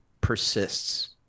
persists